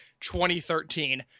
2013